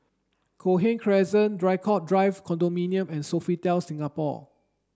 Cochrane Crescent Draycott Drive Condominium and Sofitel Singapore